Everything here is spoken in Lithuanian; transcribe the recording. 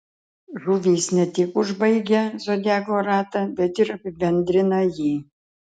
žuvys ne tik užbaigia zodiako ratą bet ir apibendrina jį